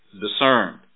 discerned